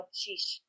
sheesh